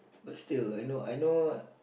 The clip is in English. but still like you know I know